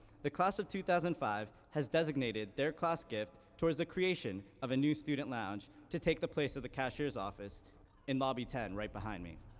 the class of two thousand and five has designated their class gift towards the creation of a new student lounge to take the place of the cashier's office in lobby ten right behind me.